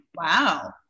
Wow